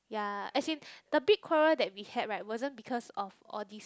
ya as in the big quarrel that we had right wasn't because of all these